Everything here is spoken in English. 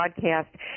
broadcast